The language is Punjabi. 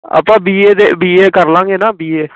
ਆਪਾਂ ਬੀ ਏ ਦੇ ਬੀ ਏ ਕਰ ਲਾਂਗੇ ਨਾ ਬੀ ਏ